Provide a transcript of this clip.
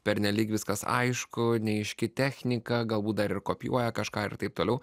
pernelyg viskas aišku neaiškią techniką galbūt dar ir kopijuoja kažką ir taip toliau